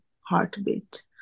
heartbeat